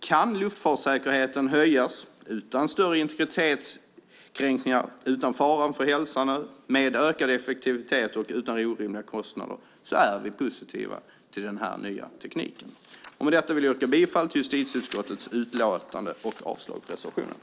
Kan luftfartssäkerheten höjas utan större integritetskränkningar, utan fara för hälsa och med ökad effektivitet och utan orimliga kostnader är vi positiva till den här nya tekniken. Med det yrkar jag bifall till justitieutskottets förslag i utlåtandet och avslag på reservationen.